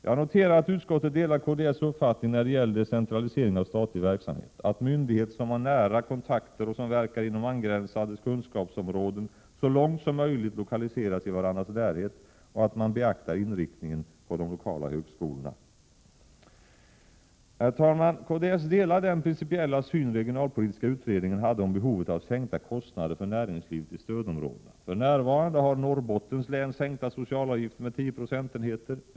Jag noterar att utskottet delar kds uppfattning när det gäller decentralisering av statlig verksamhet: att myndigheter som har nära kontakter och som verkar inom angränsande kunskapsområden så långt som möjligt lokaliseras i varandras närhet och att man beaktar de olika högskolornas inriktning. Herr talman! Kds delar den principiella syn regionalpolitiska utredningen hade om behovet av sänkta kostnader för näringslivet i stödområdena. I Norrbotten har socialavgifterna sänkts med 10 procentenheter.